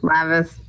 Lavis